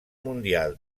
mundial